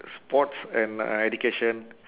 sports and uh education